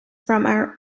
from